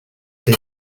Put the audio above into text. this